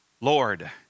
Lord